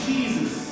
Jesus